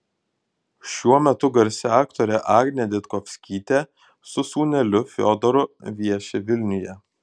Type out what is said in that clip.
šiuo metu garsi aktorė agnė ditkovskytė su sūneliu fiodoru vieši vilniuje